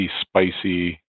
spicy